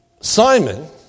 Simon